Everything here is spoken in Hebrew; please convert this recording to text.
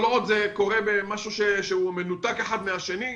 כל עוד זה קורה כמשהו שהוא מנותק אחד מהשני,